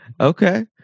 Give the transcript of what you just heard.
Okay